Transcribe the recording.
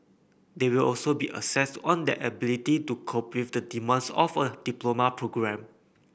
they will also be assessed on their ability to cope with the demands of a diploma programme